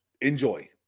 enjoy